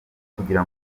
kugira